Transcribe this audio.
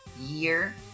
year